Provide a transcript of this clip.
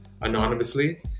anonymously